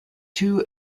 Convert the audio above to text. two